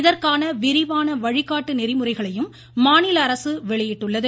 இதற்கான விரிவான வழிகாட்டு நெறிமுறைகளையும் மாநில அரசு வெளியிட்டுள்ளது